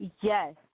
Yes